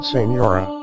Senora